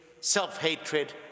self-hatred